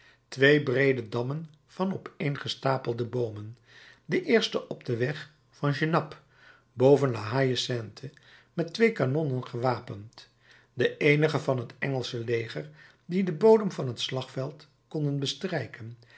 twee breede dammen van opeengestapelde boomen de eerste op den weg van genappe boven la haie sainte met twee kanonnen gewapend de eenige van het engelsche leger die den bodem van het slagveld konden bestrijken